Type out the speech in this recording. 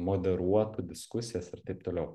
moderuotų diskusijas ir taip toliau